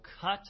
cut